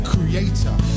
Creator